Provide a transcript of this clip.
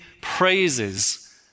praises